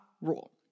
rule